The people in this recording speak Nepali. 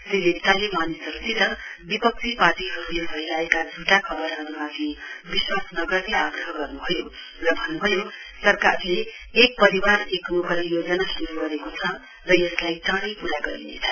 श्री लेप्चाले मानिसहरुसित विपक्षी पार्टीहरुले फैलाएका झुटा खबरहरुमाथि विश्वास नगर्ने आग्रह गर्नुभयो र भन्नुभयो सरकारले एक परिवारलाई एक नोकरी योजना शुरु गरेको छ र यसलाई चाँडै पूरा गरिनेछ